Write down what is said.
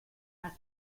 has